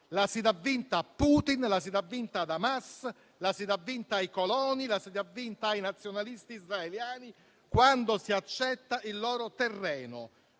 la si dà vinta a Putin, la si dà vinta a Hamas, la si dà vinta ai coloni, la si dà vinta ai nazionalisti israeliani quando si accetta il loro terreno,